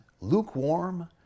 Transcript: lukewarm